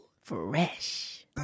Fresh